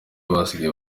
basigaye